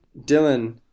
Dylan